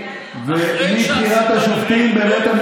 בלי פרוטוקול,